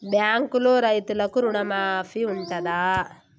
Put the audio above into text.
బ్యాంకులో రైతులకు రుణమాఫీ ఉంటదా?